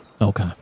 Okay